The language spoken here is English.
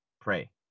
Pray